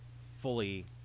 fully